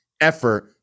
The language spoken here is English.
effort